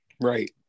right